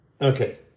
Okay